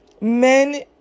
men